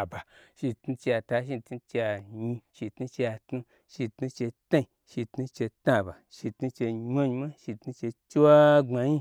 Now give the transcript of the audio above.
aba shitnu chei ata shitnu chei anyi, shi tnu chei atnu, shitnu chie tnai shitnu chei tnaba, shitnu chei nyimwa nyi mwa, shitu chei chiwagbmanyi.